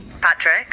Patrick